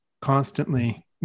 constantly